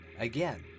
Again